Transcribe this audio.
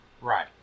Right